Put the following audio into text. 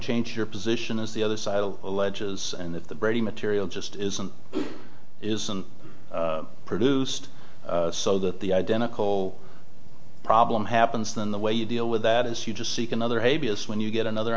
changed your position is the other side alleges and that the brady material just isn't isn't produced so that the identical problem happens than the way you deal with that is you just seek another a b s when you get another